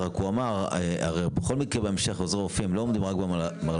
אבל הוא אמר שבכל מקרה בהמשך עוזרי רופאים לא עובדים רק במלר"ד.